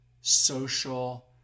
social